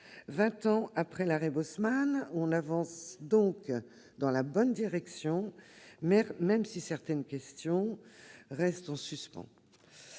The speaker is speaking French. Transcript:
ans après l'arrêt, on avance dans la bonne direction, même si certaines questions restent en suspens.